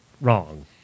wrong